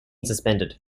suspended